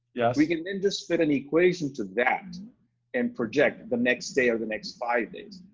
yes. we can then just fit an equation to that and projected the next day or the next five days.